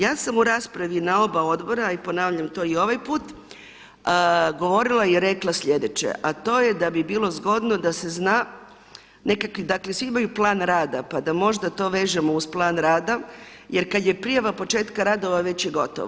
Ja sam u raspravi na oba odbora a i ponavljam to i ovaj put, govorila i rekla sljedeće a to je da bi bilo zgodno da se zna, nekakvi, dakle svi imaju plan rada, pa da možda to vežemo uz plan rada jer kada je prijava početka radova već je gotovo.